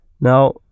Now